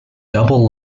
double